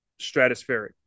stratospheric